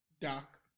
Doc